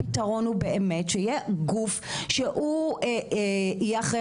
הפתרון הוא שיהיה באמת גוף שיהיה אחראי